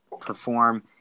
perform